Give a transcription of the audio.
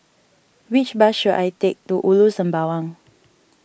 which bus should I take to Ulu Sembawang